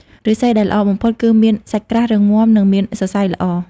ឫស្សីដែលល្អបំផុតគឺមានសាច់ក្រាស់ រឹងមាំ និងមានសរសៃល្អ។